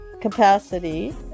capacity